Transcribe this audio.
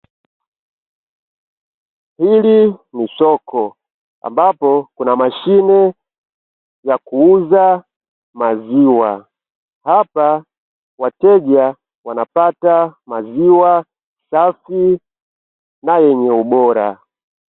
Hili ni soko ambapo kuna mashine za kuuza maziwa hapa wateja wanapata maziwa safi na yenye ubora.